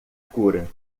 cura